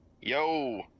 Yo